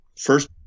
first